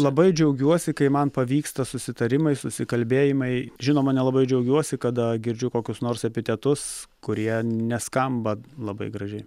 labai džiaugiuosi kai man pavyksta susitarimai susikalbėjimai žinoma nelabai džiaugiuosi kada girdžiu kokius nors epitetus kurie neskamba labai gražiai